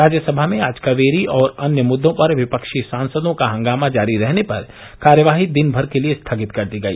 राज्यसभा में आज कावेरी और अन्य मुद्रों पर विपक्षी सांसदों का हंगामा जारी रहने पर कार्यवाही दिनभर के लिए स्थगित कर दी गई